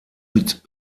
mit